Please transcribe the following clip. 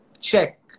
check